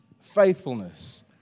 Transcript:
Faithfulness